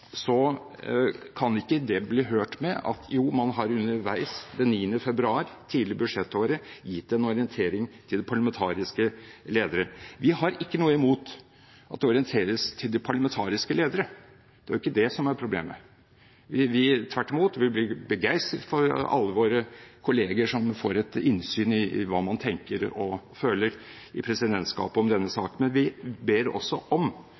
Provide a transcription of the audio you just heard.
kan ikke det bli hørt slik at man underveis – den 9. februar, tidlig i budsjettåret – har gitt en orientering til parlamentariske ledere. Vi har ikke noe imot at det orienteres til de parlamentariske lederne, det er ikke det som er problemet. Tvert imot – vi blir begeistret over alle våre kollegaer som får innsyn i hva man tenker og føler i presidentskapet om denne saken. Men vi ber også om